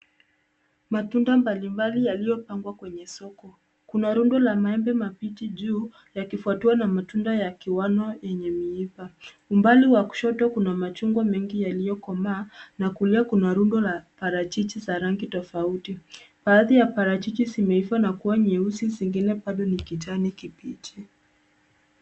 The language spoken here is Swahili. Matunda mbalimbali yaliyopangwa kwenye soko. Kuna rundo la maembe mabichi juu yakifuatiwa na matunda kiwano yenye miba. Umbali wa kushoto kuna machungwa mengi yaliyokomaa na kulia kuna rundo za parachichi za rangi tofauti. Baadhi ya parachichi zimeiva na kuwa nyeusi zingine bado ni kijani kibichi.